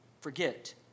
forget